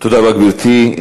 תודה רבה, גברתי.